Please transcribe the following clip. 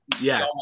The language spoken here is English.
Yes